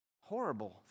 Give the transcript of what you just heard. horrible